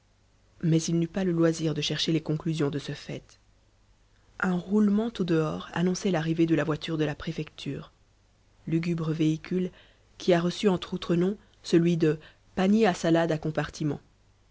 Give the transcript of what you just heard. mais il n'eut pas le loisir de chercher les conclusions de ce fait un roulement au dehors annonçait l'arrivée de la voiture de la préfecture lugubre véhicule qui a reçu entre autres noms celui de panier à salade à compartiments